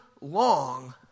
long